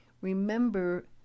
Remember